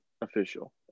official